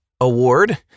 award